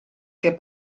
che